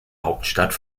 hauptstadt